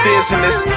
business